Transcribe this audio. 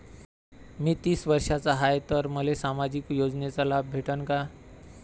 मी तीस वर्षाचा हाय तर मले सामाजिक योजनेचा लाभ भेटन का?